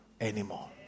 anymore